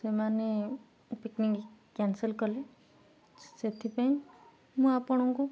ସେମାନେ picnic cancel କଲେ ସେଥିପାଇଁ ମୁଁ ଆପଣଙ୍କୁ